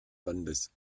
landes